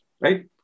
right